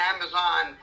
Amazon